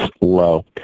low